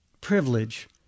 Privilege